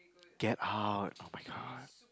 get hard [oh]-my-god